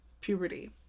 puberty